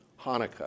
Hanukkah